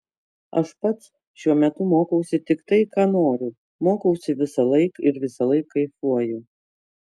aš pats šiuo metu mokausi tik tai ką noriu mokausi visąlaik ir visąlaik kaifuoju